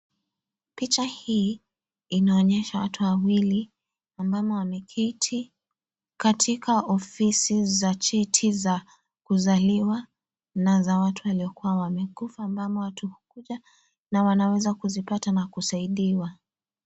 Picha hii inaonyesha watu wawili, ambamo wameketi katika ofisi za cheti za kuzaliwa na za watu waliokuwa wamekufa, ambamo watu huja na wanaweza kuzika tena kusaidiwa.